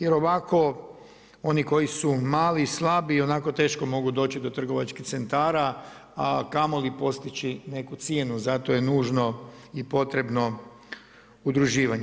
Jer ovako oni koji su mali, slabi ionako teško mogu doći do trgovačkih centara a kamoli postići neku cijenu, zato je nužno i potrebno udruživanje.